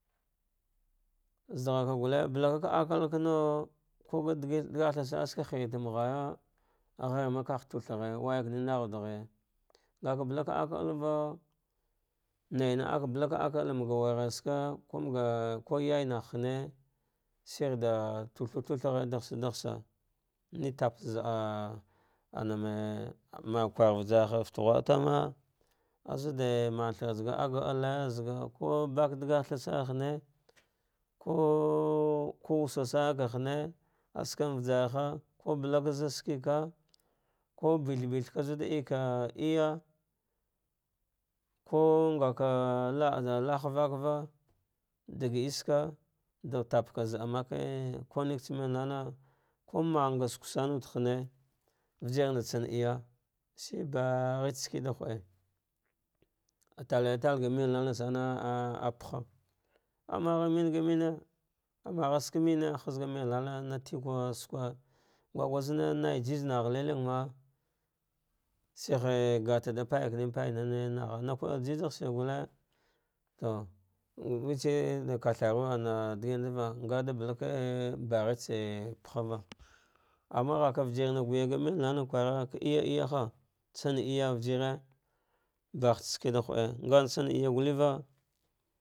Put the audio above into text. Zadiraghka gulle ballaka kanau ka ga dig dag tha hiyeta ma gha yau, ah ghay makagh tugh a ghaya ngaka balka akateva naina aka, ba la akalle maga wurghasaka, kunga yayaneh hane shir ɗa tuthau tutha ghatsam dathsa ni tabtsa za a aname, mak kwar vajar ha fate ghu;a tame azude mathrasta akat alle ku bak dagh tantsan hane koo ko wusa sanaka mene askan vajarha ki ba ka zashika ka bets bets va zude le va eh yak u ngaka la ah lahava da eye saka daghe zaah make kunetse melmeenana, kumangusuksame hone vijirna tsomeya sni baghe tsa swida ghude ak telllate tal ga malna nn a phaha, amagh mame ga mane amagha ske mmene na tige suku go goz nai jije nagha lanigma zmma, shihe gata nada bayakana ba e nana gha nak u eli jijah shir ulle to ngutse kathrawe an diginekva ngade palake ghetse pahaba ama ghka vijirna guyaga mel na na ka kwara ka iya iyaha tsam iya vijir ba photsa skeɗa ghuɗe ngan tsan iya gulteva.